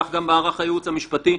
כך גם מערך הייעוץ המשפטי.